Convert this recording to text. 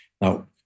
Now